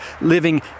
living